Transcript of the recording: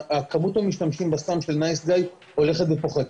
כמות המשתמשים בסם של "נייס גאי" הולכת ופוחתת,